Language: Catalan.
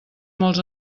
molts